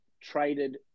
traded